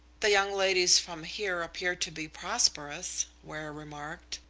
the young ladies from here appear to be prosperous, ware remarked.